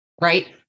right